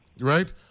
right